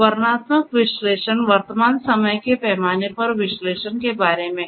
वर्णनात्मक विश्लेषण वर्तमान समय के पैमाने पर विश्लेषण के बारे में है